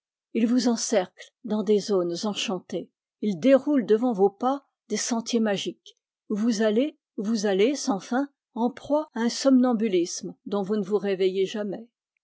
ils vous encerclent dans des zones enchantées ils déroulent devant vos pas des sentiers magiques où vous allez où vous allez sans fin en proie à un somnambulisme dont vous ne vous réveillez jamais